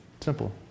Simple